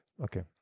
Okay